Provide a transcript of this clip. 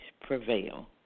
prevail